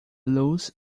loose